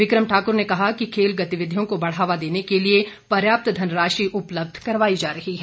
बिक्रम ठाकुर ने कहा कि खेल गतिविधियों को बढ़ावा देने के लिए पर्याप्त धनराशि उपलब्ध करवाई जा रही है